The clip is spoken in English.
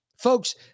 Folks